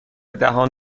دهان